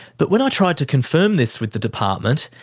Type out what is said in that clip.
but when i tried to confirm this with the department,